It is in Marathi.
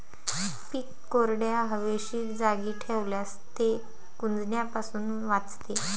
पीक कोरड्या, हवेशीर जागी ठेवल्यास ते कुजण्यापासून वाचते